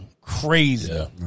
crazy